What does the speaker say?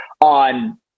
on